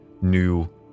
new